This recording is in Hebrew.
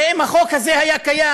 הרי אם החוק הזה היה קיים,